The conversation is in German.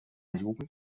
jugend